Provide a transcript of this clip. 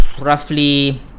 roughly